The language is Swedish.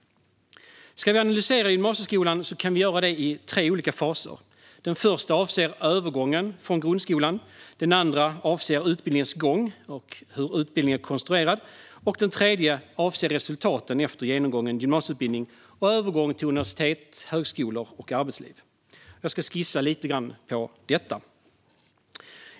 Om vi ska analysera gymnasieskolan kan vi göra det i tre olika faser. Den första avser övergången från grundskolan. Den andra avser utbildningens gång och hur utbildningen är konstruerad. Och den tredje avser resultaten efter genomgången gymnasieutbildning och övergång till universitet, högskolor och arbetsliv. Jag ska skissa lite grann på detta.